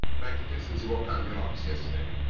practically since he walked out of your office yesterday.